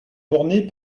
bornées